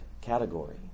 category